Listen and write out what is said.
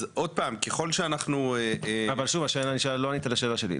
אבל שוב, לא ענית על השאלה שלי.